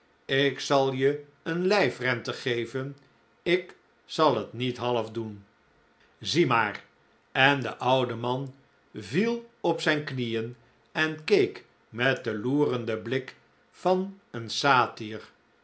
ik zal je een lijfrente geven ik zal het niet half doen zie tti'aarl en de ottde man viel op zijn knieen en keek met den loerenden blik van een